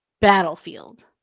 Battlefield